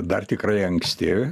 dar tikrai anksti